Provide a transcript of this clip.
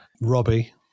Robbie